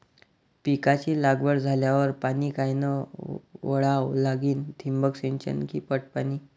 पिकाची लागवड झाल्यावर पाणी कायनं वळवा लागीन? ठिबक सिंचन की पट पाणी?